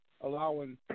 allowing